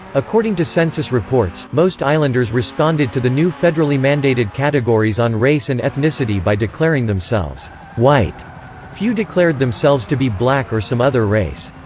according to census reports, most islanders responded to the new federally mandated categories on race and ethnicity by declaring themselves white few declared themselves to be black or some other race.